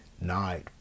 night